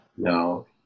No